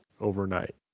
Overnight